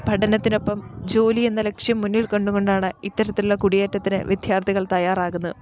പഠനത്തിനൊപ്പം ജോലി എന്ന ലക്ഷ്യം മുന്നിൽ കണ്ടുകൊണ്ടാണ് ഇത്തരത്തിലുള്ള കുടിയേറ്റത്തിന് വിദ്യാർത്ഥികൾ തയാറാകുന്നത്